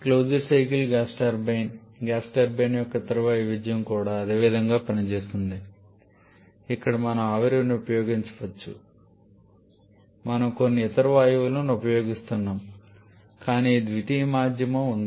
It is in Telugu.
closed cycle gas turbine gas turbine యొక్క ఇతర వైవిధ్యం కూడా అదే విధంగా పనిచేస్తుంది ఇక్కడ మనం ఆవిరిని ఉపయోగించకపోవచ్చు మనం కొన్ని ఇతర వాయువులను ఉపయోగిస్తున్నాము కాని ద్వితీయ మాధ్యమం ఉంది